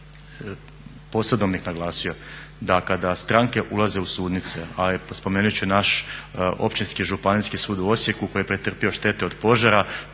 Posebno bih naglasio da kada stranke ulaze u sudnicu, a spomenut ću naš općinski županijski sud u Osijeku koji je pretrpio štete od požara,